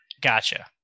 Gotcha